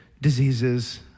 diseases